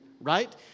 right